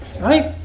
right